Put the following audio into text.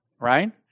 right